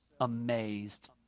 amazed